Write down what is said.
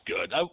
good